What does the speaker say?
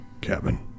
cabin